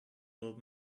old